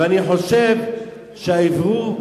אני חושב שהאוורור,